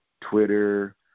Twitter